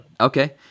Okay